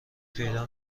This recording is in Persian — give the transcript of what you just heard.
پیدا